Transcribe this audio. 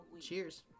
Cheers